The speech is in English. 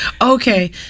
Okay